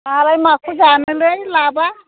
आंहालाय माखौ जानोलै लाबा